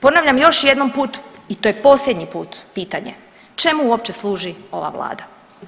Ponavljam još jednom put i to je posljednji put pitanje, čemu uopće služi ova vlada?